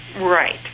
Right